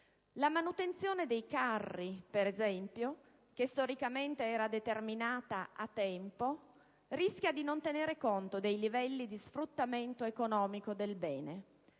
La manutenzione dei carri, per esempio, storicamente determinata a tempo, rischia di non tenere conto dei livelli di sfruttamento economico del bene: